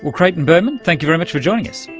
and creighton berman, thank you very much for joining us.